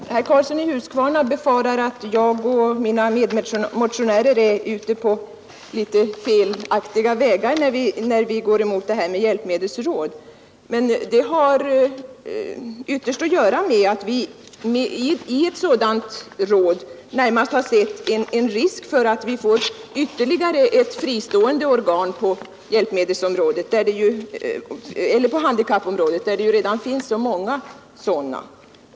Herr talman! Herr Karlsson i Huskvarna befarar att jag och mina medmotionärer är ute på litet felaktiga vägar när vi går emot det här med hjälpmedelsråd. Men det har ytterst att göra med att vi i ett sådant råd har sett en risk för att vi får ännu ett fristående organ på handikappområdet, där det ju redan finns så många sådana.